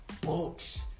books